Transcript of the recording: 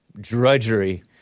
drudgery